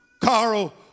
Carl